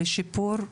לשיפור,